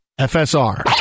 FSR